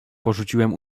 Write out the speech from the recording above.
porzuciłem